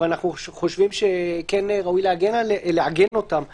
אבל אנחנו חושבים שראוי לעגן אותם בחוק.